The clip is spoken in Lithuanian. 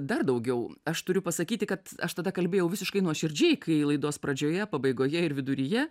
dar daugiau aš turiu pasakyti kad aš tada kalbėjau visiškai nuoširdžiai kai laidos pradžioje pabaigoje ir viduryje